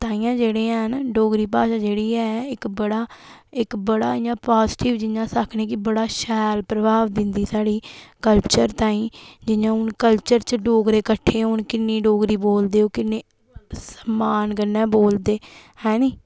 ते ताइयें जेह्ड़े हैन डोगरी भाशा जेह्ड़ी इक बड़ा इक इयां पाजिटिव जियां अस आक्खने बड़ा शैल प्रभाव दिन्दी साढ़ी कल्चर ताहीं जि'यां हून कल्चर च डोगरे कल्चर किट्ठे होन किन्नी डोगरी बोलदे ओह् किन्ने सम्मान कन्नै बोलदे हैनी